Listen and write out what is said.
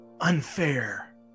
unfair